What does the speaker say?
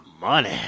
money